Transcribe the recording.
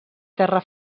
terra